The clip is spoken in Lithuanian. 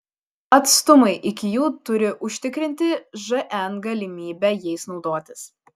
atstumai iki jų turi užtikrinti žn galimybę jais naudotis